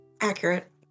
Accurate